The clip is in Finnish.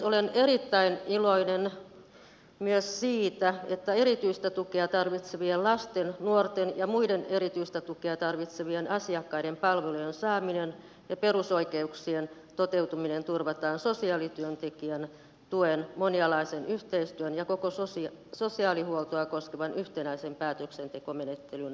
olen erittäin iloinen myös siitä että erityistä tukea tarvitsevien lasten nuorten ja muiden erityistä tukea tarvitsevien asiakkaiden palvelujen saaminen ja perusoikeuksien toteutuminen turvataan sosiaalityöntekijän tuen monialaisen yhteistyön ja koko sosiaalihuoltoa koskevan yhtenäisen päätöksentekomenettelyn avulla